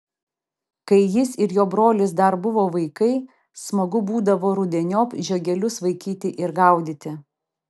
kai jis ir jo brolis dar buvo vaikai smagu būdavo rudeniop žiogelius vaikyti ir gaudyti